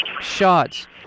shots